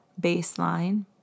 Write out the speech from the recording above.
baseline